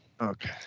Okay